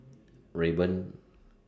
Rayban